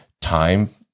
time